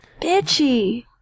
Bitchy